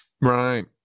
Right